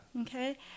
Okay